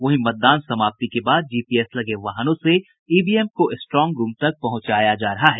वहीं मतदान समाप्ति के बाद जीपीएस लगे वाहनों से ईवीएम को स्ट्रांग रूम तक पहुंचाया जा रहा है